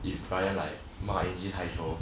if brian 吗 izzie 太丑